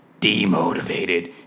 demotivated